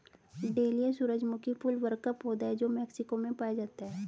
dahlia सूरजमुखी फूल वर्ग का पौधा है जो मेक्सिको में पाया जाता है